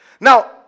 Now